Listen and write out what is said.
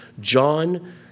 John